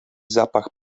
zapach